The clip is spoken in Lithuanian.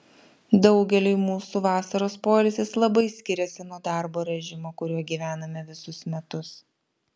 daugeliui mūsų vasaros poilsis labai skiriasi nuo darbo režimo kuriuo gyvename visus metus